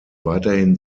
weiterhin